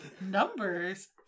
numbers